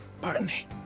Barney